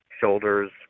shoulders